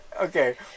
Okay